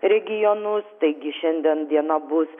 regionus taigi šiandien diena bus